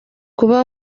kuba